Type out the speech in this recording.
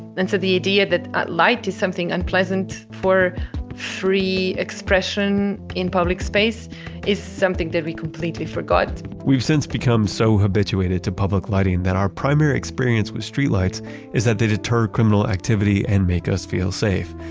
and so the idea that ah light is something unpleasant for free expression in public space is something that we completely forgot we've since become so habituated to public lighting that our primary experience with streetlights is that they deter criminal activity and make us feel safe.